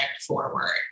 forward